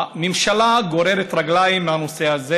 הממשלה גוררת רגליים בנושא הזה.